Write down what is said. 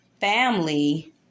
Family